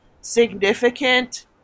significant